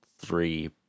three